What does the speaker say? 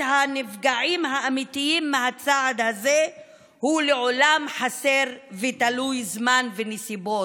הנפגעים האמיתיים מהצעד הזה הוא לעולם חסר ותלוי זמן ונסיבות,